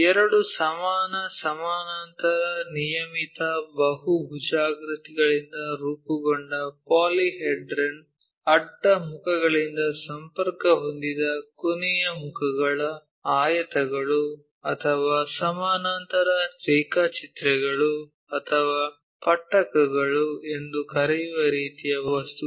ಎರಡು ಸಮಾನ ಸಮಾನಾಂತರ ನಿಯಮಿತ ಬಹುಭುಜಾಕೃತಿಗಳಿಂದ ರೂಪುಗೊಂಡ ಪಾಲಿಹೆಡ್ರನ್ ಅಡ್ಡ ಮುಖಗಳಿಂದ ಸಂಪರ್ಕ ಹೊಂದಿದ ಕೊನೆಯ ಮುಖಗಳು ಆಯತಗಳು ಅಥವಾ ಸಮಾನಾಂತರ ರೇಖಾಚಿತ್ರಗಳು ಅಥವಾ ಪಟ್ಟಕಗಳು ಎಂದು ಕರೆಯುವ ರೀತಿಯ ವಸ್ತುಗಳು